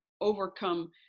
overcome